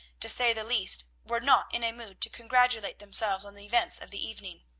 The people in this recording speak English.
to say the least, were not in a mood to congratulate themselves on the events of the evening.